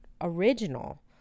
original